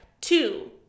two